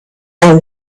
own